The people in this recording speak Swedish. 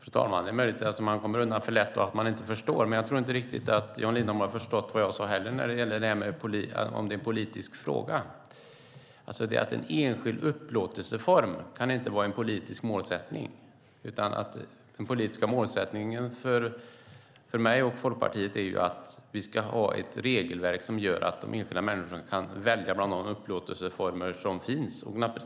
Fru talman! Det är möjligt att jag kommer undan för lätt och att jag inte förstår, men jag tror heller inte riktigt att Jan Lindholm har förstått vad jag sade när det gäller om detta är en politisk fråga. En enskild upplåtelseform kan inte vara en politisk målsättning, utan den politiska målsättningen för mig och Folkpartiet är att vi ska ha ett regelverk som gör att de enskilda människorna kan välja bland de upplåtelseformer som finns.